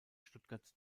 stuttgart